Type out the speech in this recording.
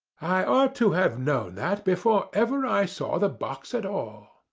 i ought to have known that before ever i saw the box at all.